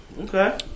okay